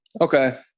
Okay